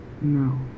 No